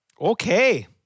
Okay